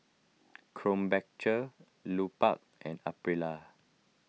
Krombacher Lupark and Aprilia